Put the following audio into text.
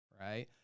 right